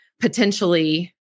potentially